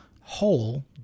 whole